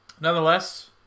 Nonetheless